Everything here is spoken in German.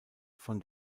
von